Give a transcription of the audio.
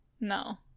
No